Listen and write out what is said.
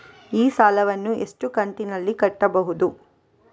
ಈ ಸಾಲವನ್ನು ಎಷ್ಟು ಕಂತಿನಲ್ಲಿ ಕಟ್ಟಬಹುದು?